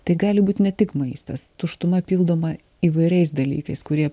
tai gali būt ne tik maistas tuštuma pildoma įvairiais dalykais kurie